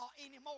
anymore